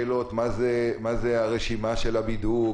האיתור הזה מגיע למשרד הבריאות שמגבש את הרשימות של המבודדים,